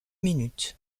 minutes